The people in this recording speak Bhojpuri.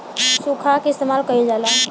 सुखा के इस्तेमाल कइल जाला